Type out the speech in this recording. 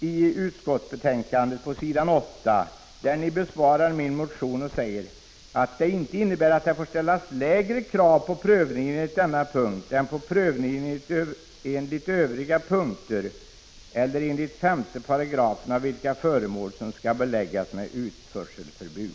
i utskottsbetänkandet på s. 8, där ni bemöter min motion och säger att detta ”inte innebär att det får ställas lägre krav på prövningen enligt denna punkt än på prövningen enligt övriga punkter eller enligt 5 § av vilka föremål som skall beläggas med utförselförbud”.